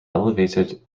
elevated